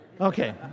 Okay